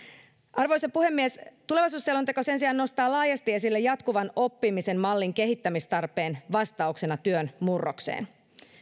arvoisa puhemies tulevaisuusselonteko sen sijaan nostaa laajasti esille jatkuvan oppimisen mallin kehittämistarpeen vastauksena työn murrokseen